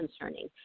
concerning